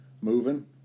moving